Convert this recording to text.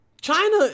China